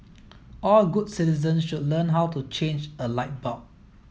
all good citizens should learn how to change a light bulb